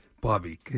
Bobby